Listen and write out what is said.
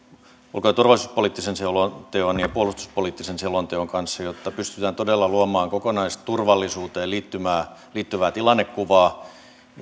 ulko ja turvallisuuspoliittisen selonteon ja puolustuspoliittisen selonteon kanssa jotta pystytään todella luomaan kokonaisturvallisuuteen liittyvää liittyvää tilannekuvaa